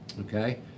okay